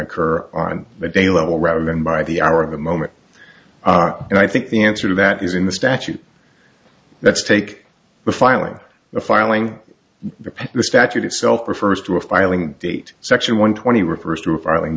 occur on the day level rather than by the hour of the moment and i think the answer to that is in the statute let's take the filing the filing the statute itself refers to a filing date section one twenty refers to a filing